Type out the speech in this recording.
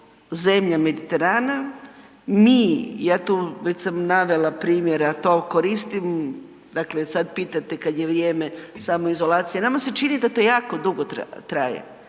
zemlja Mediterana, mi, ja tu već sam navela primjera to koristim, dakle pitate kada je vrijeme samoizolacije, nama se čini da to jako dugo traje.